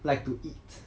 like to eat